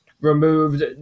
removed